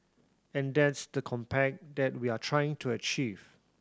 and that's the compact that we're trying to achieve